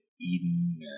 Eden